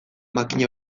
makina